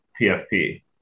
PFP